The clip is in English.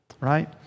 right